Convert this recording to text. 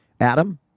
Adam